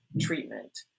treatment